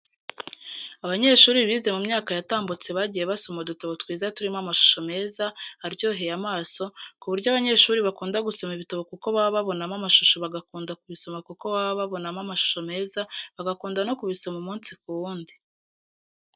Abanyeshuri bize mu myaka yatambutse bagiye basoma udutabo twiza turimo amashusho meza, aryoheye amaso, ku buryo abanyeshuri bakunda gusoma ibitabo kuko baba babonamo amashusho bagakunda kubisoma kuko baba babonamo amashusho meza, bagakunda no kubisoma umunsi ku wundi.